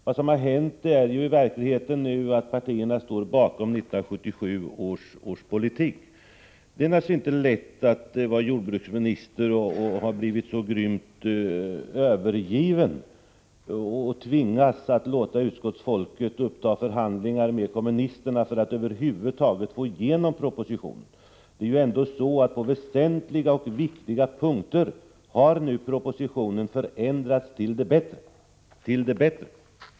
Vad som nu hänt är att partierna står bakom 1977 års politik. Det är naturligtvis inte lätt att vara jordbruksminister och ha blivit så grymt övergiven, att utskottsfolket tvingas uppta förhandlingar med kommunisterna för att propositionen över huvud taget skall gå igenom. På väsentliga och viktiga punkter har nu propositionen förändrats till det bättre.